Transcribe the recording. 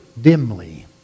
dimly